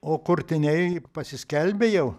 o kurtiniai pasiskelbė jau